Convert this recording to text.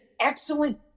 excellent